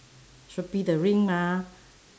should be the ring mah